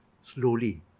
slowly